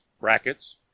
brackets